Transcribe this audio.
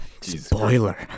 Spoiler